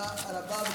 תודה רבה.